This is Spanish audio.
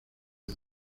don